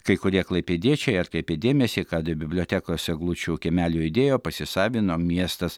kai kurie klaipėdiečiai atkreipė dėmesį kad bibliotekos eglučių kiemelio idėją pasisavino miestas